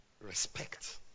Respect